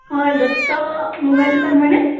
হয় দত্ত মোবাইল দোকান হয়নে